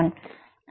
அதன் தூரம் 7